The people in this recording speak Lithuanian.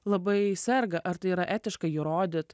labai serga ar tai yra etiška jį rodyt